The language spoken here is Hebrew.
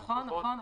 נכון.